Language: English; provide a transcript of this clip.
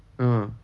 (uh huh)